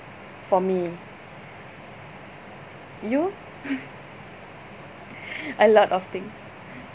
for me you a lot of things